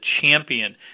champion